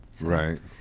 Right